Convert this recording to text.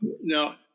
now